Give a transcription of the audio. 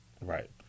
Right